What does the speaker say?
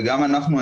וגם אנחנו,